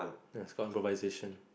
that's called improvisation